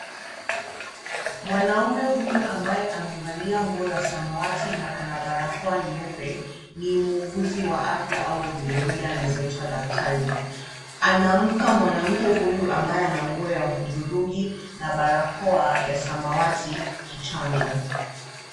Mwanaume huyu ambaye amevalia nguo ya samawati na ana barakoa nyeupe, ni muuguzi wa afya au vilevile anawezaitwa daktari. Anampa mwanamke huyu ambaye ana nguo ya hudhurungi na barakoa ya samawati kichanjo.